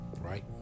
right